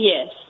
Yes